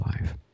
life